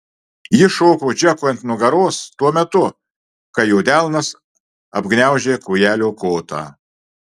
ji šoko džekui ant nugaros tuo metu kai jo delnas apgniaužė kūjelio kotą